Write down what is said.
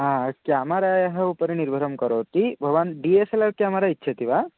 हा क्यमरायाः उपरि निर्बरं करोति भवान् D S L R camera इच्छति वा